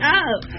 up